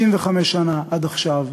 65 שנה, עד עכשיו,